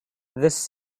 this